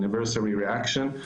Anniversary Reaction,